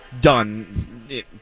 done